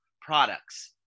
products